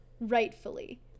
Rightfully